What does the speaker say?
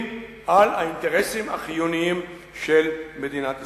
על האינטרסים החיוניים של מדינת ישראל.